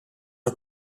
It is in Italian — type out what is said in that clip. una